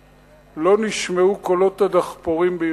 לא נשמעו קולות הדחפורים בירושלים.